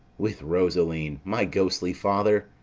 with rosaline, my ghostly father?